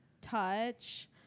touch